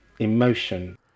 emotion